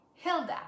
Hilda